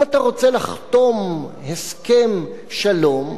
אם אתה רוצה לחתום הסכם שלום,